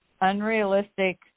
unrealistic